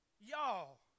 Y'all